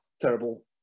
terrible